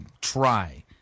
try